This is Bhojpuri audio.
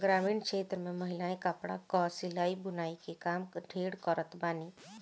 ग्रामीण क्षेत्र में महिलायें कपड़ा कअ सिलाई बुनाई के काम ढेर करत बानी